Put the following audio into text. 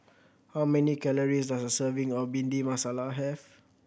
how many calories does a serving of Bhindi Masala have